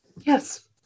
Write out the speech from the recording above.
Yes